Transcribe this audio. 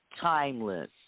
timeless